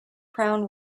crown